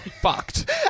fucked